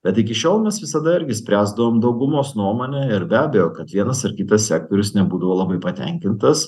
bet iki šiol mes visada irgi spręsdavom daugumos nuomone ir be abejo kad vienas ar kitas sektorius nebūtų labai patenkintas